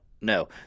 No